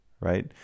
right